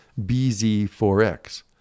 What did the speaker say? BZ4X